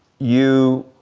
you,